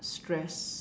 stress